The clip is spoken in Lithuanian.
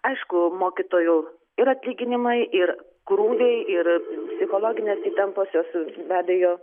aišku mokytojų ir atlyginimai ir krūviai ir psichologinės įtampos jos be abejo